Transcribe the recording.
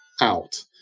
out